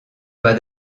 pas